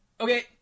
okay